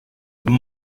comme